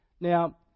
Now